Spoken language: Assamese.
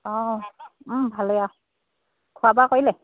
অঁ ভালে আৰু খোৱা বোৱা কৰিলে